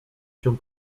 się